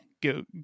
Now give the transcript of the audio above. go